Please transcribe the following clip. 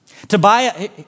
Tobiah